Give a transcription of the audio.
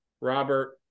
Robert